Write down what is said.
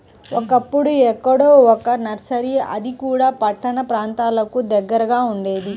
ఒకప్పుడు ఎక్కడో ఒక్క నర్సరీ అది కూడా పట్టణ ప్రాంతాలకు దగ్గరగా ఉండేది